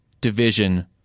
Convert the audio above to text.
division